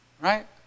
Right